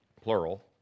plural